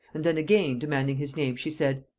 and then again, demanding his name, she said,